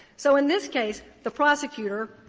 so in this case, the prosecutor,